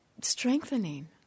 Strengthening